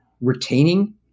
retaining